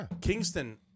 Kingston